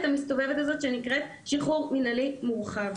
המסתובבת הזאת שנקראת שחרור מינהלי מורחב.